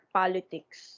politics